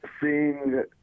seeing